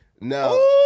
No